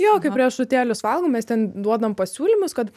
jo kaip riešutėlius valgom mes ten duodam pasiūlymus kad